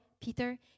Peter